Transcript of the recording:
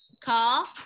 call